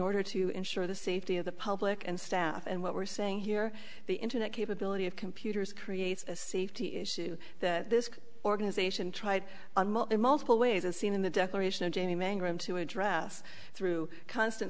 order to ensure the safety of the public and staff and what we're saying here the internet capability of computers creates a safety issue that this organization tried in multiple ways as seen in the declaration of jamie mangrum to address through constant